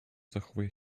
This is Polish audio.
zachowuje